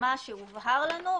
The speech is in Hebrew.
שמה שהובהר לנו,